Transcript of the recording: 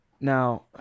Now